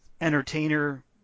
entertainer